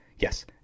Yes